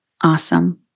Awesome